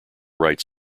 write